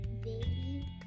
Baby